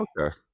Okay